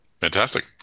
Fantastic